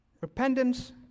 Repentance